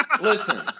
Listen